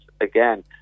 again